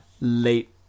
late